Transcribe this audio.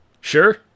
Sure